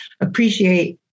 appreciate